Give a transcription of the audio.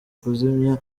kuzimya